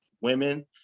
women